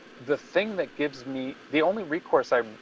the thing that gives me the only recourse. i mean